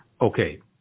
Okay